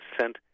sent